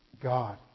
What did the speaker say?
God